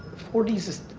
four d's,